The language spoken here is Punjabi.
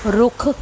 ਰੁੱਖ